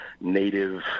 native